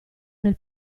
nel